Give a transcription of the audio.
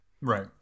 Right